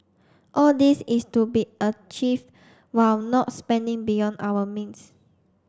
all this is to be achieved while not spending beyond our means